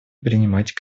принимать